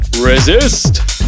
resist